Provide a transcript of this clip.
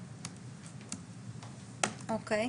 או-קיי.